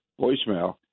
voicemail